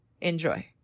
Enjoy